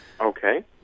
Okay